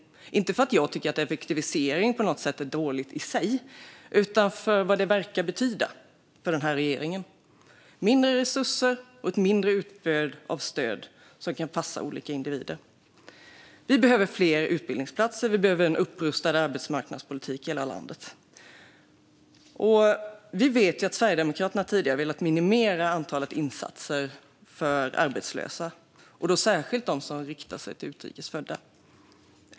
Inte för att jag tycker att effektivisering på något sätt är dåligt i sig utan för vad det verkar betyda för den här regeringen: mindre resurser och mindre utbud av stöd som kan passa olika individer. Det behövs fler utbildningsplatser, och det behövs en upprustad arbetsmarknadspolitik i hela landet. Vi vet att Sverigedemokraterna tidigare har velat minimera antalet insatser för arbetslösa, och då särskilt de som riktar sig till utrikes födda.